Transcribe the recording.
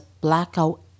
blackout